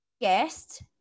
guest